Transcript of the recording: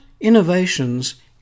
innovations